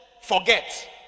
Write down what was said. forget